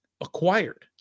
acquired